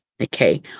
Okay